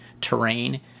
terrain